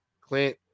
Clint